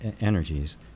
energies